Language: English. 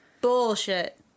Bullshit